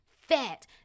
fat